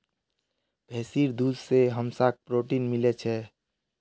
भैंसीर दूध से हमसाक् प्रोटीन मिल छे